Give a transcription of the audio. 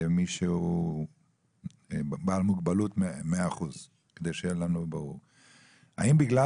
כמי שהוא בעל מוגבלות 100%. האם בגלל